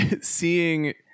seeing